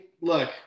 look